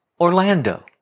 Orlando